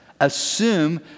assume